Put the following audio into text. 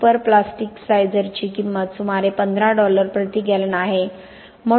सुपरप्लास्टिकायझरची किंमत सुमारे 15 डॉलर प्रति गॅलन आहे